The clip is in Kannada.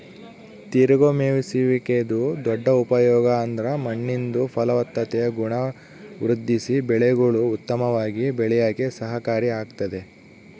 ತಿರುಗೋ ಮೇಯ್ಸುವಿಕೆದು ದೊಡ್ಡ ಉಪಯೋಗ ಅಂದ್ರ ಮಣ್ಣಿಂದು ಫಲವತ್ತತೆಯ ಗುಣ ವೃದ್ಧಿಸಿ ಬೆಳೆಗುಳು ಉತ್ತಮವಾಗಿ ಬೆಳ್ಯೇಕ ಸಹಕಾರಿ ಆಗ್ತತೆ